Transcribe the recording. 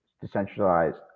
decentralized